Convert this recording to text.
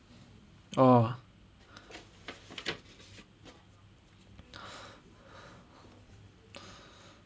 oh